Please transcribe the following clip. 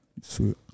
sweet